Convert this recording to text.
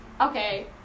Okay